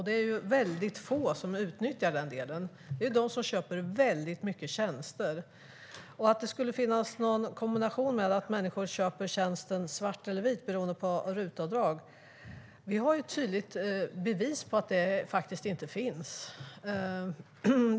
Det är väldigt få som utnyttjar den delen. Det är de som köper väldigt mycket tjänster. När det gäller att det skulle finnas en koppling att människor köper tjänsten svart eller vit beroende på RUT-avdrag har vi bevis på att det inte finns.